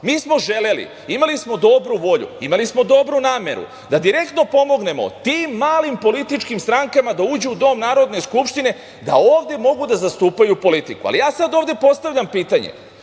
smo želeli, imali smo dobru volju, imali smo dobru nameru da direktno pomognemo tim malim političkim strankama da uđu u dom Narodne skupštine, da ovde mogu da zastupaju politiku. Ali, ja sada ovde postavljam pitanje